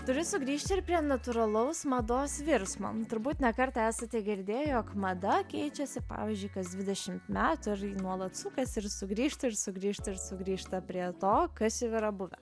turiu sugrįžti ir prie natūralaus mados virsmo turbūt ne kartą esate girdėję jog mada keičiasi pavyzdžiui kas dvidešimt metų ir nuolat sukasi ir sugrįžta ir sugrįžta ir sugrįžta prie to kas ir yra buvę